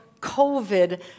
COVID